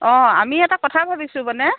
অঁ আমি এটা কথা ভাবিছোঁ মানে